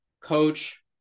coach